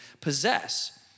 possess